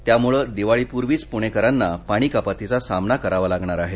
त्यामुळं दिवाळीपूर्वीच पुणेकरांना पाणी कपातीचा सामना करावा लागणार आहे